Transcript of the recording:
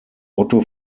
otto